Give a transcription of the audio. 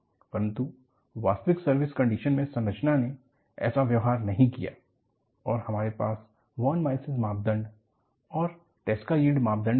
परंतु वास्तविक service condition में संरचना ने ऐसा व्यवहार नहीं किया और हमारे पास वॉन मायसिस मापदंड और ट्रैसका यील्ड मापदंड भी था